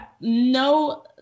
no